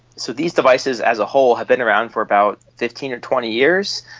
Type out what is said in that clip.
so these devices as a whole has been around for about fifteen or twenty years,